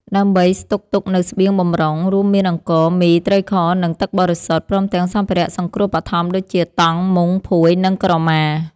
ដើម្បីស្តុកទុកនូវស្បៀងបម្រុង រួមមានអង្ករ មី ត្រីខ និងទឹកបរិសុទ្ធ ព្រមទាំងសម្ភារៈសង្គ្រោះបឋមដូចជា តង់ មុង ភួយ និងក្រមា។